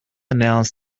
announced